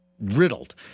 riddled